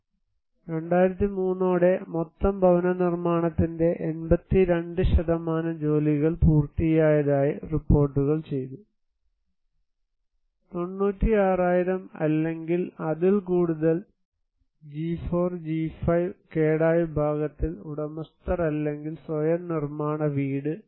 2003 ഓടെ മൊത്തം ഭവനനിർമ്മാണത്തിന്റെ 82 ജോലികൾ പൂർത്തിയായതായി റിപ്പോർട്ടുചെയ്തു 96000 അല്ലെങ്കിൽ അതിൽ കൂടുതൽ G4 G5 കേടായ വിഭാഗത്തിൽ ഉടമസ്ഥർ അല്ലെങ്കിൽ സ്വയം നിർമാണ വീട്